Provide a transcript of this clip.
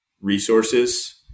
resources